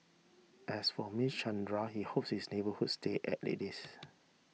as for Mister Chandra he hopes his neighbourhood stay as it is